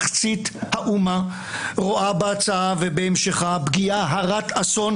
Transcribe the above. משמע השמירה על זכויות האדם,